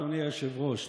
אדוני היושב-ראש.